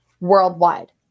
worldwide